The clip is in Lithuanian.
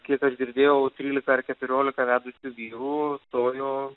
kiek aš girdėjau trylika ar keturiolika vedusių vyrų stojo